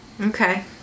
Okay